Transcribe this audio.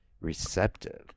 receptive